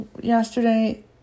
yesterday